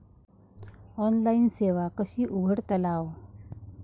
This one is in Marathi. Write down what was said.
ऑनलाइन ठेव कशी उघडतलाव?